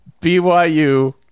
BYU